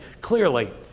clearly